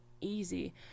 easy